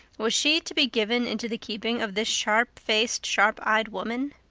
was she to be given into the keeping of this sharp-faced, sharp-eyed woman?